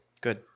Good